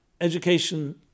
education